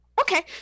Okay